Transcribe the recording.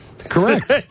Correct